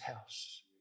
house